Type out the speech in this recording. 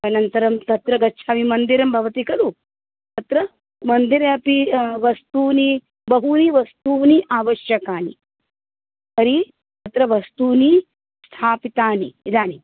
अनन्तरं तत्र गच्छामि मन्दिरं भवति खलु तत्र मन्दिरे अपि वस्तूनि बहूभिः वस्तूनि आवश्यकानि तर्हि तत्र वस्तूनि स्थापितानि इदानीम्